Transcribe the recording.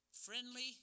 Friendly